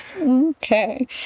Okay